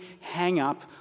hang-up